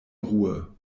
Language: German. ruhe